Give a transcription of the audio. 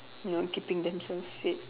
ya keeping themselves fit